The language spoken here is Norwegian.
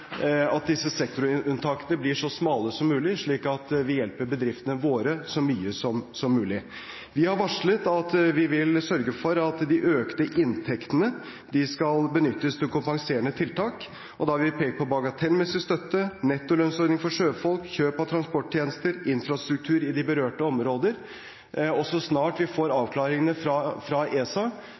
disse sektorunntakene blir så smale som mulig, slik at vi hjelper bedriftene våre så mye som mulig. Vi har varslet at vi vil sørge for at de økte inntektene skal benyttes til kompenserende tiltak, og da har vi pekt på bagatellmessig støtte, nettolønnsordning for sjøfolk, kjøp av transporttjenester, infrastruktur i de berørte områder. Så snart vi får avklaringene fra ESA,